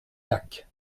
lac